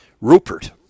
Rupert